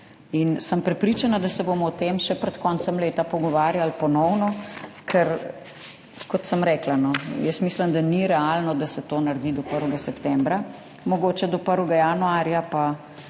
Prepričana sem, da se bomo o tem še pred koncem leta pogovarjali ponovno, ker kot sem rekla, mislim, da ni realno, da se to naredi do 1. septembra, mogoče do 1. januarja, pa